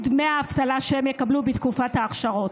דמי האבטלה שהם יקבלו בתקופת ההכשרות.